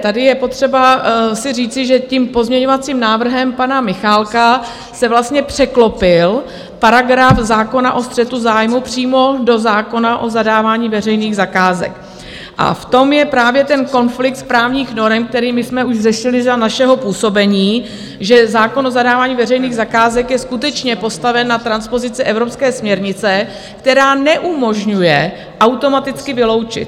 Tady je potřeba si říci, že pozměňovacím návrhem pana Michálka se vlastně překlopil paragraf zákona o střetu zájmů přímo do zákona o zadávání veřejných zakázek a v tom je právě ten konflikt správních norem, který my jsme už řešili za našeho působení, že zákon o zadávání veřejných zakázek je skutečně postaven na transpozici evropské směrnice, která neumožňuje automaticky vyloučit.